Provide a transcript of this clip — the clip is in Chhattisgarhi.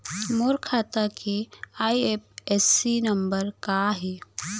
मोर खाता के आई.एफ.एस.सी नम्बर का हे?